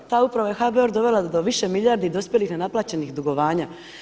Ta uprava je HBOR dovela do više milijardi dospjelih nenaplaćenih dugovanja.